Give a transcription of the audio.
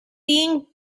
being